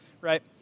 right